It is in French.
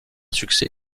succès